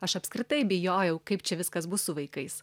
aš apskritai bijojau kaip čia viskas bus su vaikais